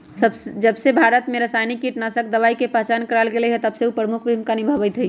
जबसे भारत में रसायनिक कीटनाशक दवाई के पहचान करावल गएल है तबसे उ प्रमुख भूमिका निभाई थई